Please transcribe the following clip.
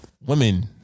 women